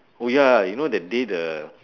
oh ya you know that day the